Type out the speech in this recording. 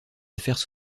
affaires